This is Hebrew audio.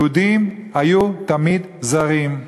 יהודים היו תמיד זרים.